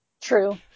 True